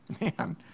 Man